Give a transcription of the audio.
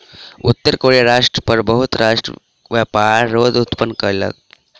उत्तर कोरिया राष्ट्र पर बहुत राष्ट्र व्यापार रोध उत्पन्न कयलक